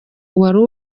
wari